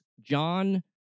John